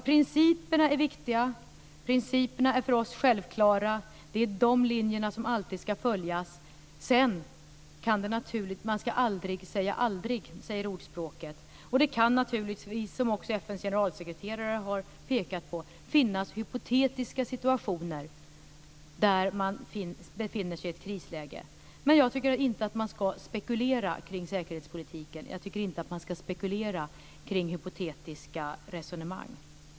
Principerna är viktiga och för oss självklara. Det är de riktlinjerna som alltid ska följas. "Man ska aldrig säga aldrig", lyder ordspråket, och det kan naturligtvis, som också FN:s generalsekreterare har pekat på, finnas hypotetiska situationer där man är i ett krisläge. Men jag tycker inte att man ska spekulera och föra hypotetiska resonemang kring säkerhetspolitiken.